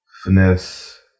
Finesse